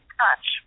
touch